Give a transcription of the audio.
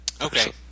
Okay